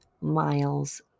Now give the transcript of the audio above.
miles